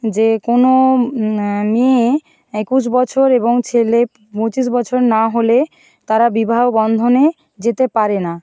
যে কোনো মেয়ে একুশ বছর এবং ছেলে পঁচিশ বছর না হলে তারা বিবাহ বন্ধনে যেতে পারে না